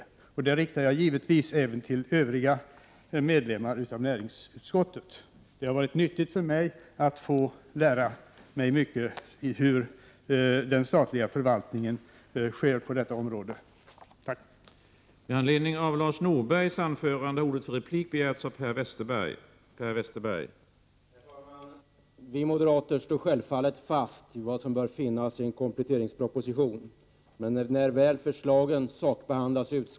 Detta tack riktar jag givetvis även till övriga medlemmar av näringsutskottet. Det har varit nyttigt för mig att få lära mig hur den statliga förvaltningen fungerar på detta område.